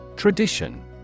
Tradition